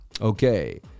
Okay